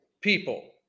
people